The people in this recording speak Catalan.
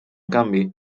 canvi